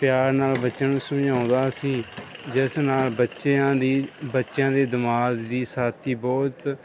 ਪਿਆਰ ਨਾਲ ਬੱਚਿਆਂ ਨੂੰ ਸਮਝਾਉਂਦਾ ਸੀ ਜਿਸ ਨਾਲ ਬੱਚਿਆਂ ਦੀ ਬੱਚਿਆਂ ਦੇ ਦਿਮਾਗ ਦੀ ਸ਼ਕਤੀ ਬਹੁਤ